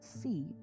see